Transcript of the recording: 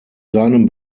seinem